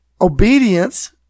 obedience